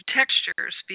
textures